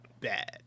Bad